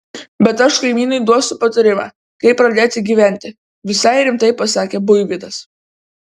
bet aš kaimynui duosiu patarimą kaip pradėti gyventi visai rimtai pasakė buivydas